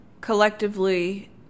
collectively